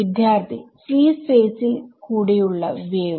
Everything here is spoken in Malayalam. വിദ്യാർത്ഥി ഫ്രീ സ്പേസിൽകൂടിയുള്ള വേവ്